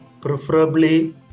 preferably